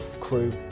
crew